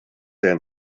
and